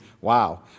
wow